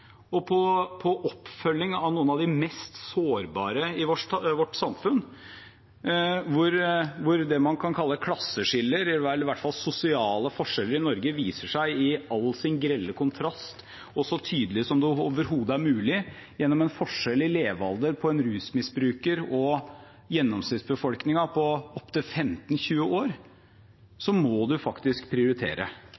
og på oppfølging av noen av de mest sårbare i vårt samfunn – der det man kan kalle klasseskiller eller i hvert fall sosiale forskjeller i Norge, viser seg i all sin grelle kontrast og så tydelig som det overhodet er mulig, gjennom en forskjell i levealder på en rusmisbruker og gjennomsnittsbefolkningen på opptil 15–20 år